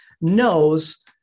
knows